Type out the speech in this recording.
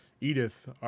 Edith